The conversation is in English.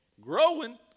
Growing